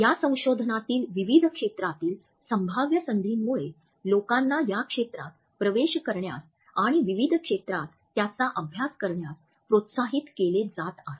या संशोधनातील विविध क्षेत्रातील संभाव्य संधींमुळे लोकांना या क्षेत्रात प्रवेश करण्यास आणि विविध क्षेत्रात त्याचा अभ्यास करण्यास प्रोत्साहित केले जात आहे